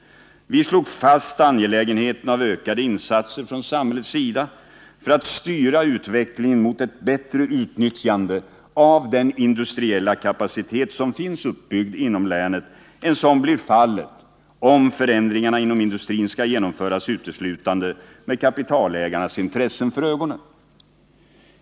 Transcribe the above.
Vi slog fast det angelägna i ökade insatser från samhällets sida för att styra utvecklingen mot ett bättre utnyttjande av den industriella kapacitet som finns uppbyggd inom länet än som blir fallet om förändringarna inom industrin skall genomföras uteslutande med kapitalägarnas intressen för ögonen.